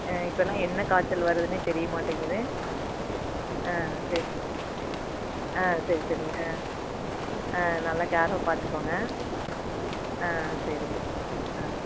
இப்போல்லாம் என்ன காய்ச்சல் வருதுன்னே தெரிய மாட்டேங்கிது ஆ சரிங்க ஆ சரி சரிங்க ஆ ஆ நல்லா கேராக பார்த்துக்கோங்க ஆ சரிங்க ஆ